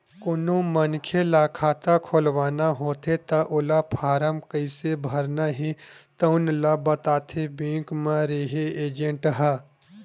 कोनो मनखे ल खाता खोलवाना होथे त ओला फारम कइसे भरना हे तउन ल बताथे बेंक म रेहे एजेंट ह